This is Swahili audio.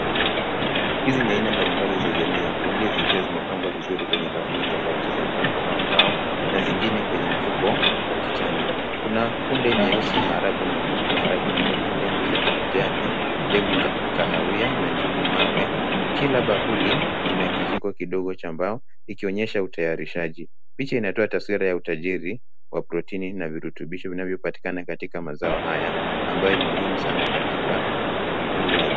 Hizi ni aina mbalimbali za jamii ya kunde zikiwa zimepangwa vizuri kwenye bakuli tofauti za udongo au mbao, na zingine kwenye mfuko wa kijani. Kuna kunde nyeusi, maharagwe mekundu, maharagwe meupe, ndengu za kijani, ndengu kahawia na njugu mawe. Kila bakuli lina kijiko kidogo cha mbao ikionyesha utayarishaji. Picha inatoa taswira ya utajiri wa protini na virutubisho vinavyopatana katika mazao haya, ambayo ni muhimu sana katika ukulima la...